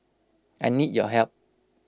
I need your help